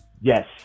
yes